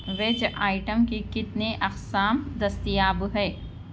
veg item کی کتنے اقسام دستیاب ہے